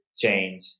change